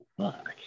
Fuck